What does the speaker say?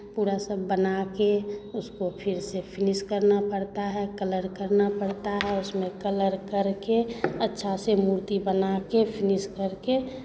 पूरा सब बनाके उसको फिर से फिनिश करना पड़ता है कलर करना पड़ता है उसमें कलर करके अच्छा से मूर्ति बनाके फिनिश करके